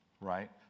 right